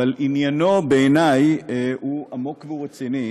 אבל עניינו בעיני הוא עמוק ורציני,